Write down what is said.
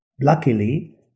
Luckily